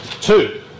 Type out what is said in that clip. two